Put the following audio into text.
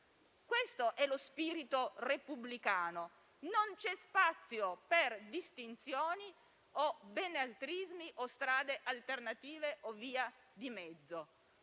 ed è lo spirito repubblicano. Non vi è spazio per distinzioni, benaltrismi, strade alternative o vie di mezzo.